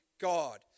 God